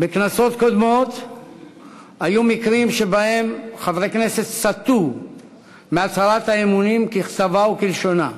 בכנסות קודמות היו מקרים שחברי כנסת סטו מהצהרת האמונים ככתבה וכלשונה.